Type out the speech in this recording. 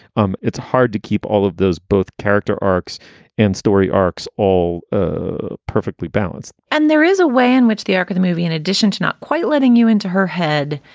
um it's hard to keep all of those both character arcs and story arcs all ah perfectly balanced and there is a way in which the arc of the movie, in addition to not quite letting you into her head,